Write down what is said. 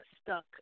stuck